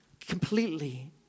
Completely